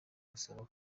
gusaba